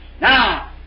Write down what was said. Now